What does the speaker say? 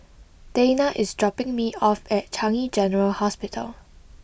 Dayna is dropping me off at Changi General Hospital